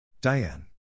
Diane